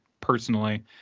personally